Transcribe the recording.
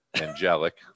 angelic